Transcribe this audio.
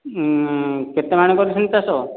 କେତେ ମାଣ କରିଛନ୍ତି ଚାଷ